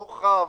רוחב,